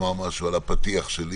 לומר משהו על הפתיח שלי.